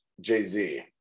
jay-z